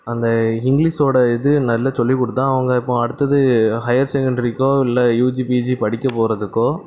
அந்த இங்கிலிஸோட இது நல்லா சொல்லிக் கொடுத்தா அவங்க அடுத்தது ஹையர் செகண்டரிக்கோ இல்லை யூஜி பிஜி படிக்கப் போகறதுக்கோ